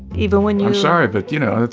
even when you. i'm sorry, but, you know,